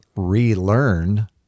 relearn